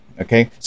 Okay